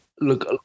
Look